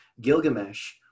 Gilgamesh